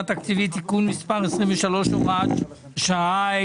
התקציבית (תיקון מס' 23)(הוראת שעה),